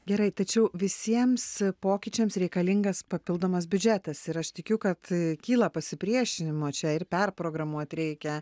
gerai tačiau visiems pokyčiams reikalingas papildomas biudžetas ir aš tikiu kad kyla pasipriešinimo čia ir perprogramuot reikia